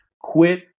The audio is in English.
Quit